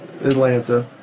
Atlanta